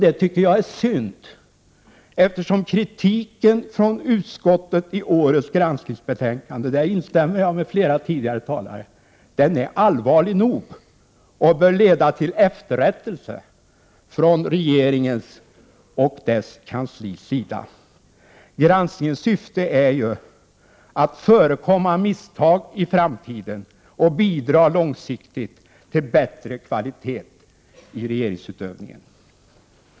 Det är synd, eftersom kritiken från utskottet i årets granskningsbetänkande — där instämmer jag med flera tidigare talare — är allvarlig nog och bör leda till efterrättelse från regeringens och dess kanslis sida. Granskningens syfte är ju att förekomma misstag i framtiden och bidra långsiktigt till bättre kvalitet i regeringsutövningen.